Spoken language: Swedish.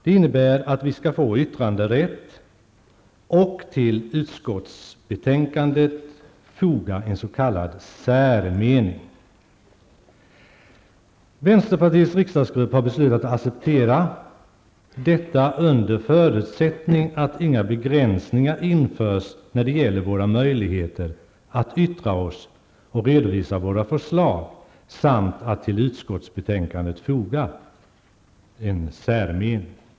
Det innebär att vi skall få yttranderätt och till utskottsbetänkandet få foga en s.k. Vänsterpartiet har beslutat att acceptera detta förslag under förutsättning att inga begränsningar införs när det gäller våra möjligheter att yttra oss och redovisa våra förslag samt att till utskottsbetänkandet foga en särmening.